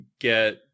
get